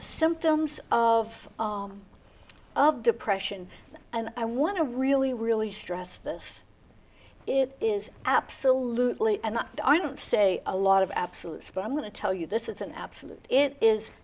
symptoms of of depression and i want to really really stress this it is absolutely and i don't say a lot of absolutes but i'm going to tell you this is an absolute it is